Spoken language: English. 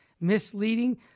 misleading